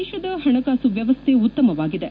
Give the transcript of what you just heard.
ದೇಶದ ಹಣಕಾಸು ವ್ಯವಸ್ಥೆ ಉತ್ತಮವಾಗಿದೆ